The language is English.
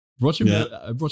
Roger